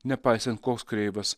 nepaisant koks kreivas